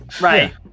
Right